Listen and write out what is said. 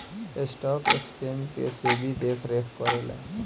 stock exchange के SEBI देखरेख करेला